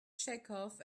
chekhov